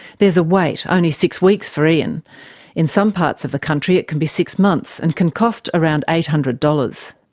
there's a wait, only six weeks for ean. in in some parts of the country it can be six months, and can cost around eight hundred dollars.